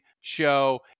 show